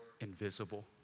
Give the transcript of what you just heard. invisible